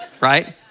Right